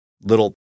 Little